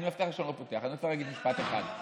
אני רוצה להגיד דבר אחד: